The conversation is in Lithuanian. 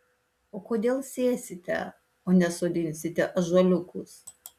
o kodėl sėsite o ne sodinsite ąžuoliukus